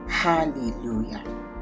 Hallelujah